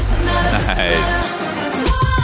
nice